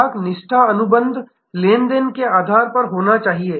ग्राहक निष्ठा अनुबंध लेनदेन के आधार पर होना चाहिए